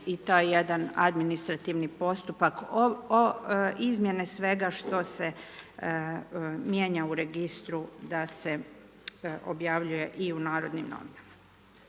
i taj jedan administrativni postupak izmjene svega što se mijenja u Registru, da se objavljuje i u Narodnim Novinama.